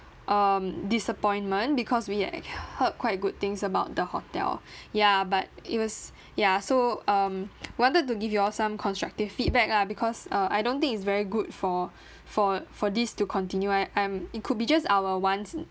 um disappointment because we like heard quite good things about the hotel ya but it was ya so um wanted to give you all some constructive feedback ah because uh I don't think is very good for for for these to continue I I'm it could be just our once